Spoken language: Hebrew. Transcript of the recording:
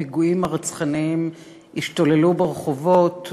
הפיגועים הרצחניים השתוללו ברחובות,